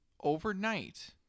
overnight